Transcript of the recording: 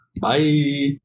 Bye